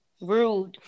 Rude